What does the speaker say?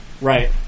Right